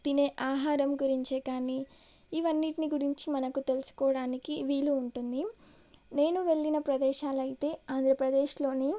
తినే ఆహారం గురించే కానీ ఇవన్నిటి గురించి మనకు తెలుసుకోవడానికి వీలు ఉంటుంది నేను వెళ్ళిన ప్రదేశాలు అయితే ఆంధ్రప్రదేశ్లోని